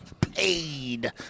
paid